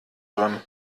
dran